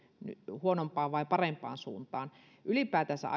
huonompaan vai parempaan suuntaan ylipäätänsä